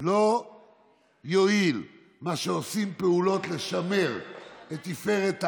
לא יועיל מה שעושים פעולות לשמר את תפארת העבר,